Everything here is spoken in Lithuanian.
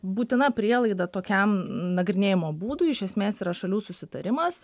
būtina prielaida tokiam nagrinėjimo būdui iš esmės yra šalių susitarimas